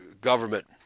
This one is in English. government